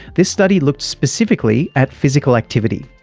this study looked specifically at physical activity.